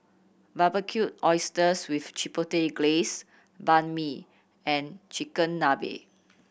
Barbecued Oysters with Chipotle Glaze Banh Mi and Chigenabe